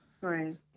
Right